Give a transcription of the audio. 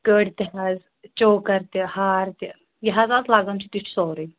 کٔرۍ تہِ حظ چوکر تہِ ہار تہِ یہِ حظ اَز لگان چھُ تہِ چھُ سورُے